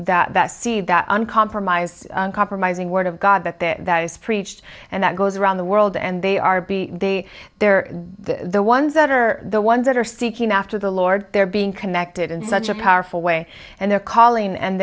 the that see that uncompromised compromising word of god that that is preached and that goes around the world and they are they they're the ones that are the ones that are seeking after the lord they're being connected in such a powerful way and they're calling and